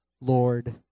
Lord